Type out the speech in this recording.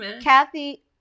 Kathy